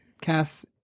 Cass